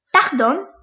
Pardon